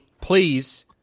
please